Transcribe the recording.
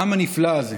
העם הנפלא הזה.